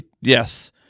Yes